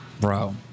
bro